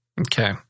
Okay